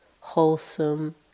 wholesome